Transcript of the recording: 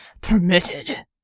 permitted